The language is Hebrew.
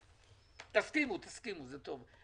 תסכימו, זה טוב.